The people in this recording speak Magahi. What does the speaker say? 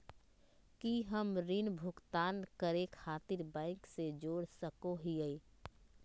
की हम ऋण भुगतान करे खातिर बैंक से जोड़ सको हियै?